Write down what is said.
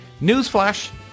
newsflash